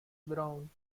brown